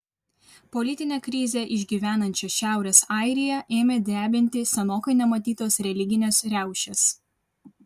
politinę krizę išgyvenančią šiaurės airiją ėmė drebinti senokai nematytos religinės riaušės